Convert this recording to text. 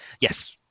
yes